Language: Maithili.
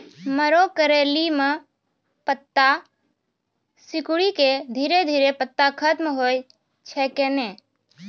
मरो करैली म पत्ता सिकुड़ी के धीरे धीरे पत्ता खत्म होय छै कैनै?